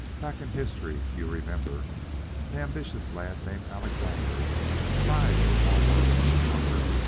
back in history you remember an ambitious lad named alexander sighed for more worlds to conquer.